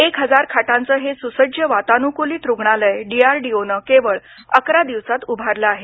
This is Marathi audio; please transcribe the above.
एक हजार खाटांचं हे सुसज्ज वातानुकूलित रुग्णालय डीआरडीओनं केवळ अकरा दिवसात उभारलं आहे